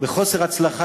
בחוסר הצלחה,